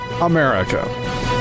America